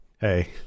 hey